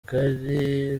kari